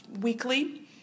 weekly